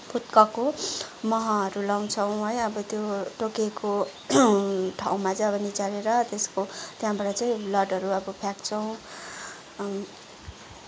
पुत्काको महहरू लगाउँछौँ है अब त्यो टोकेको ठाउँमा चाहिँ अब निचारेर त्यसको त्यहाँबाट चाहिँ ब्लडहरू अब फ्याँक्छौँ